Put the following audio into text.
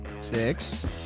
Six